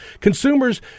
consumers